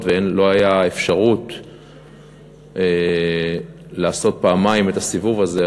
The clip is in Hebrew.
ולא הייתה אפשרות לעשות פעמיים את הסיבוב הזה.